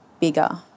bigger